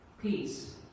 peace